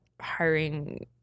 hiring